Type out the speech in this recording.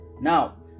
Now